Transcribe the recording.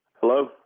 Hello